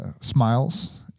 smiles